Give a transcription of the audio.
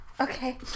Okay